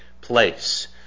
place